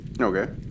Okay